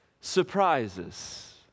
surprises